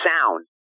sound